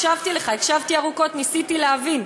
הקשבתי לך, הקשבתי ארוכות, ניסיתי להבין.